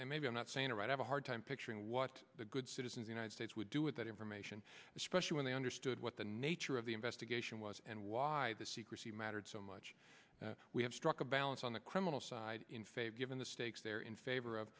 maybe i'm not saying or i have a hard time picturing what the good citizens united states would do with that information especially when they understood what the nature of the investigation was and why the secrecy mattered so much we have struck a balance on the criminal side in favor given the stakes there in favor of